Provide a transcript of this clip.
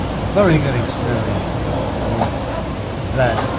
very good experiences with that,